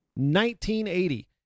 1980